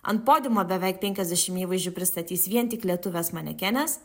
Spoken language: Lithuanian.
ant podiumo beveik penkiasdešimt įvaizdžių pristatys vien tik lietuvės manekenės